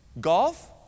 golf